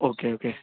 okay okay